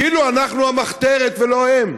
כאילו אנחנו המחתרת ולא הם.